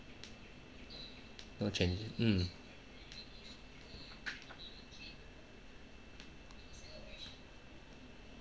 no change mm